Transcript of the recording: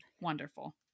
Wonderful